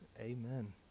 Amen